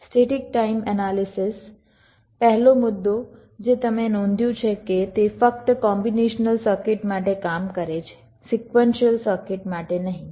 static time analysis પહેલો મુદ્દો જે તમે નોંધ્યું છે કે તે ફક્ત કોમ્બીનેશનલ સર્કિટ માટે કામ કરે છે સિક્વન્સિયલ સર્કિટ માટે નહીં